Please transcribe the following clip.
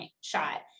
shot